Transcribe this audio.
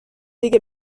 دیگه